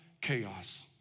chaos